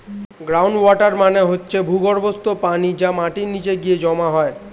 ground water মানে হচ্ছে ভূগর্ভস্থ পানি যা মাটির নিচে গিয়ে জমা হয়